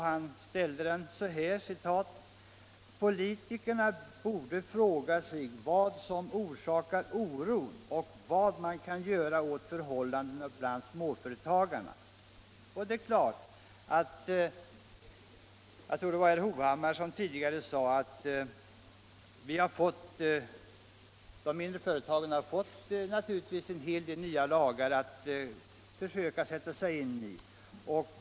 Han ställde den så här: ”Politikerna borde fråga sig vad som orsakar oron och vad man kan göra åt förhållandena bland småföretagarna.” Som någon sade tidigare — jag tror att det var herr Hovhammar — har de mindre företagen fått en hel del nya lagar som man måste försöka sätta sig in i.